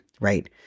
right